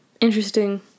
Interesting